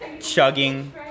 chugging